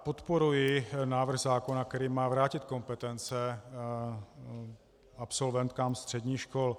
Podporuji návrh zákona, který má vrátit kompetence absolventkám středních škol.